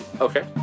Okay